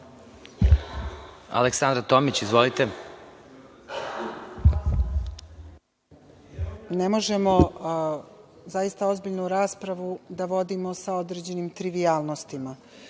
**Aleksandra Tomić** Ne možemo, zaista, ozbiljnu raspravu da vodimo sa određenim trivijalnostima,